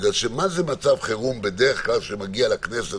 בגלל שמצב חירום שבדרך כלל מגיע לכנסת